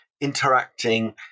interacting